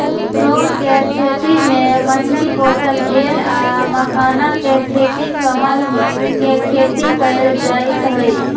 चौर कें खेती में मछरी पोशल गेल आ मखानाके खेती कमल के खेती कएल जाइत हइ